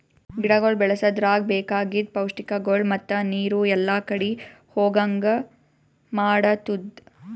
ಗಿಡಗೊಳ್ ಬೆಳಸದ್ರಾಗ್ ಬೇಕಾಗಿದ್ ಪೌಷ್ಟಿಕಗೊಳ್ ಮತ್ತ ನೀರು ಎಲ್ಲಾ ಕಡಿ ಹೋಗಂಗ್ ಮಾಡತ್ತುದ್